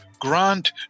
Grant